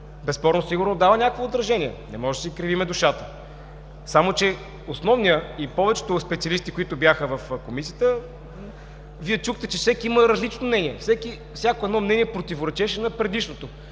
безспорно сигурно дава някакво отражение, не може да си кривим душата. Вие чухте, че повечето специалисти, които бяха в Комисията, всеки има различно мнение. Всяко едно мнение противоречеше на предишното,